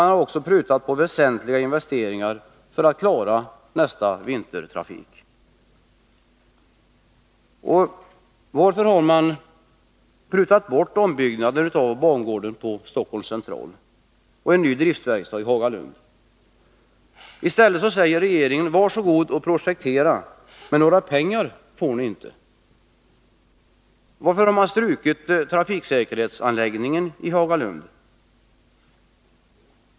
Man har också prutat på investeringar som är väsentliga för att klara nästa vinters trafik. Varför har regeringen prutat bort ombyggnad av bangården på Stockholms central och en ny driftverkstad i Hagalund? I stället säger regeringen: Var så god och projektera, men några pengar får ni inte. Varför har man strukit trafiksäkerhetsanläggningen i Hagalund?